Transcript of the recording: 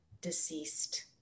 deceased